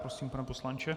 Prosím, pane poslanče.